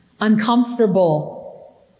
uncomfortable